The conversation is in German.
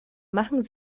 machen